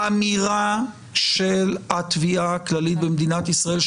האמירה של התביעה הכללית במדינת ישראל,